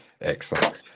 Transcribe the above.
excellent